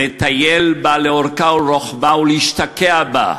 לטייל בה לאורכה ולרוחבה ולהשתקע בה.